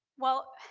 well,